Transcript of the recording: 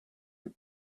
you